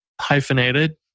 hyphenated